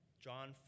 John